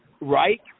Right